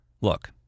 Look